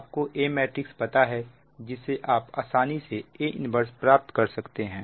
आप को A matrix पता है जिससे आप आसानी से A 1 प्राप्त कर सकते हैं